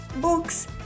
books